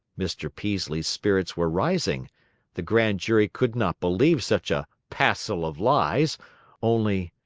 mr. peaslee's spirits were rising the grand jury could not believe such a passel of lies only,